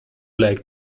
like